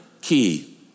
key